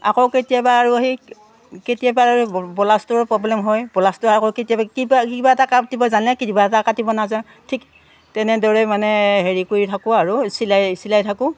আকৌ কেতিয়াবা আৰু সেই কেতিয়াবা আৰু বলাছটোৰো প্ৰব্লেম হয় বলাছটো আকৌ কেতিয়াবা কিবা কিবা এটা কাটিব জানে কিবা এটা কাটিব নাজান ঠিক তেনেদৰে মানে হেৰি কৰি থাকোঁ আৰু চিলাই চিলাই থাকোঁ